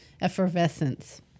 effervescence